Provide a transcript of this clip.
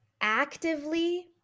actively